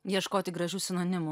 ieškoti gražių sinonimų